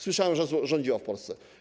Słyszałem, że rządziła w Polsce.